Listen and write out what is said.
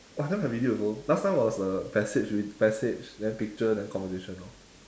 !wah! now have video also last time was the passage with passage then picture then conversation orh